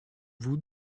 vous